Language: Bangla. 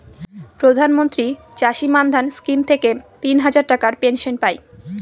প্রধান মন্ত্রী চাষী মান্ধান স্কিম থেকে তিন হাজার টাকার পেনশন পাই